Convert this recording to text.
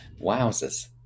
Wowzers